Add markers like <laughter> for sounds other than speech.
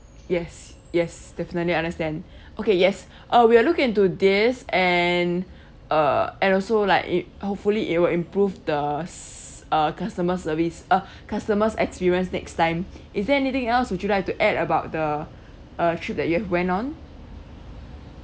yes yes definitely understand <breath> okay yes <breath> uh we'll look into this and <breath> uh and also like it hopefully it will improve the s~ uh customer service uh <breath> customer's experience next time <breath> is there anything else would you like to add about the uh trip that you've went on